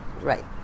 Right